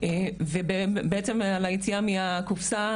ובעצם על היציאה מהקופסה,